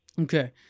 Okay